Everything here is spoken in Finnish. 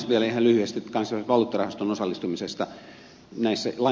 vielä ihan lyhyesti kansainvälisen valuuttarahaston osallistumisesta